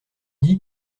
dit